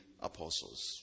apostles